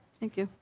thank you.